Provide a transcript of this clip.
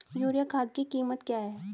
Urea खाद की कीमत क्या है?